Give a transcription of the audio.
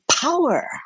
power